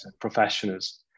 professionals